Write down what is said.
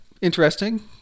interesting